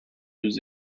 was